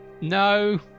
No